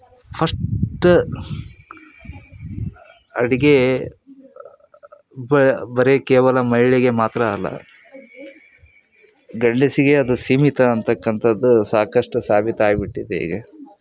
first ಅಡ್ಗೆ ಬರೀ ಕೇವಲ ಮಹಿಳೆಗೆ ಮಾತ್ರ ಅಲ್ಲ ಗಂಡಸಿಗೇ ಅದು ಸೀಮಿತ ಅಂತಕ್ಕಂಥದ್ದು ಸಾಕಷ್ಟು ಸಾಬೀತು ಆಗಿಬಿಟ್ಟಿದೆ ಈಗ